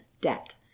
debt